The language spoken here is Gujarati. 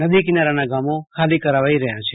નદી કિનારાના ગામો ખાલી કરાવાઈ રહયા છ